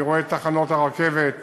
ואני רואה את תחנות הרכבת האזוריות.